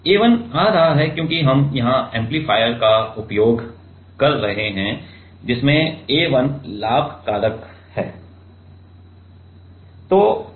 A1 आ रहा है क्योंकि हम यहां एम्पलीफायर का उपयोग कर रहे हैं जिसमें A1 लाभ कारक है